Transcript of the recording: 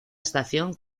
estación